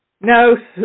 No